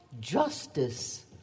justice